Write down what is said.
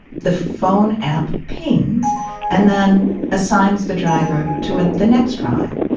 the phone app pings and then assigns the driver to ah the next ride.